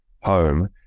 home